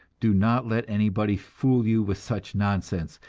do not let anybody fool you with such nonsense.